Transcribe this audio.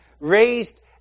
raised